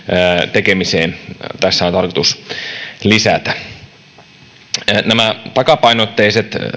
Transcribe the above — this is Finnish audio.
tekemiseen tässä on tarkoitus lisätä takapainotteiset